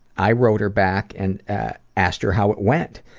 i wrote her back and asked her how it went.